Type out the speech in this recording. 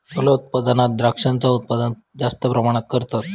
फलोत्पादनात द्रांक्षांचा उत्पादन जास्त प्रमाणात करतत